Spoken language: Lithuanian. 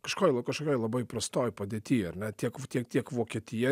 kažko jeigu kažką labai prastoj padėty ar ne tiek tiek kiek vokietija